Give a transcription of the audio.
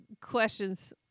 questions